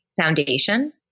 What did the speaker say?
foundation